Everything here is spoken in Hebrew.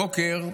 הבוקר,